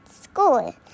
school